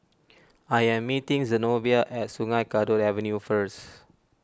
I am meeting Zenobia at Sungei Kadut Avenue first